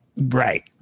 right